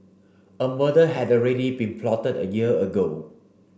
a murder had already been plotted a year ago